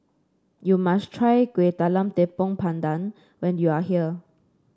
you must try Kuih Talam Tepong Pandan when you are here